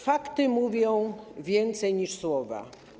Fakty mówią więcej niż słowa.